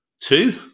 two